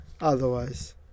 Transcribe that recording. otherwise